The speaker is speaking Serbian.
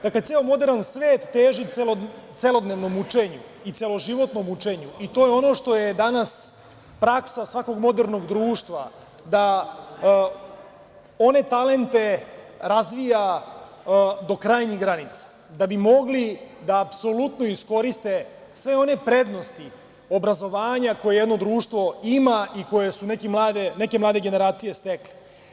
Dakle, ceo moderan svet teži celodnevnom učenju i celoživotnom učenju, i to je ono što je danas praksa svakog modernog društva, da one talente razvija do krajnjih granica da bi mogli da apsolutno iskoriste sve one prednosti obrazovanja koje jedno društvo ima i koje su neke mlade generacije stekle.